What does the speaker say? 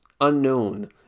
unknown